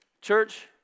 church